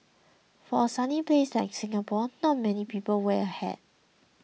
for a sunny place like Singapore not many people wear a hat